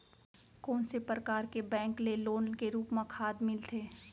कोन से परकार के बैंक ले लोन के रूप मा खाद मिलथे?